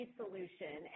solution